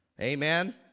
Amen